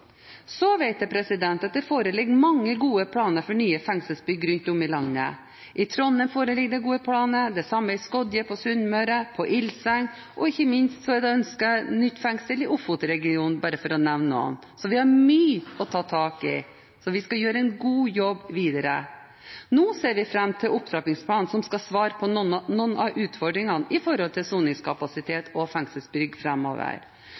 Så vet jeg at det foreligger mange gode planer for nye fengselsbygg rundt om i landet. I Trondheim foreligger det gode planer, det samme i Skodje på Sunnmøre og på Ilseng, og ikke minst er det ønsket et nytt fengsel i Ofoten-regionen – for bare å nevne noen. Vi har mye å ta tak i, og vi skal gjøre en god jobb videre. Nå ser vi fram til opptrappingsplanen som skal svare på noen av utfordringene når det gjelder soningskapasitet og fengselsbygg framover.